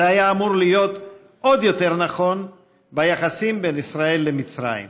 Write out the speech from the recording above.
זה היה אמור להיות עוד יותר נכון ביחסים בין ישראל למצרים.